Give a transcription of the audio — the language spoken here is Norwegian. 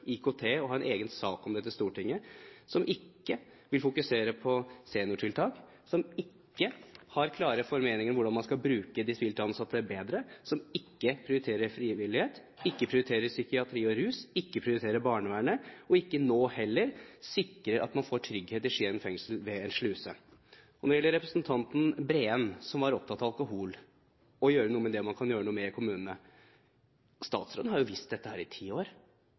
IKT og har en egen sak om dette i Stortinget, som ikke vil fokusere på seniortiltak, som ikke har klare formeninger om hvordan man skal bruke de sivilt ansatte bedre, som ikke prioriterer frivillighet, som ikke prioriterer psykiatri og rus, som ikke prioriterer barnevernet, og ikke nå heller sikrer at man får trygghet i Skien fengsel ved en sluse. Og når det gjelder representanten Breen, som var opptatt av alkohol og av å gjøre noe med det man kan gjøre noe med i kommunene: Statsråden har jo visst dette i ti år.